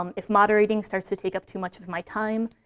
um if moderating starts to take up too much of my time,